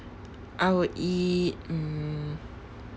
I would eat mm